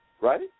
Right